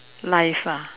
life ah